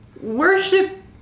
worship